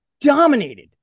dominated